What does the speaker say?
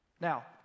Now